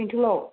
बेंटलाव